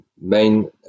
main